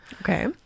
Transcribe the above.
Okay